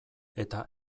eta